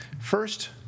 First